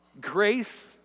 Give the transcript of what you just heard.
Grace